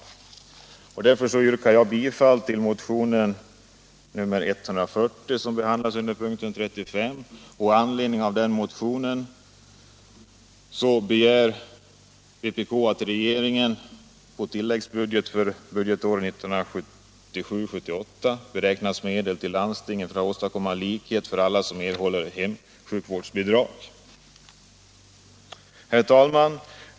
Jag yrkar därför att riksdagen med anledning av motionen 1976 78 beräknas medel till landstingen för att åstadkomma likhet för alla som erhåller hemsjukvårdsbidrag. Herr talman!